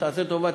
תעשה טובה,